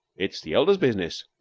it's the elders' business,